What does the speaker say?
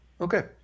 Okay